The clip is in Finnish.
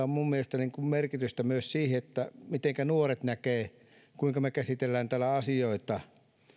on minun mielestäni merkitystä myös sille mitenkä nuoret näkevät sen kuinka me käsittelemme täällä asioita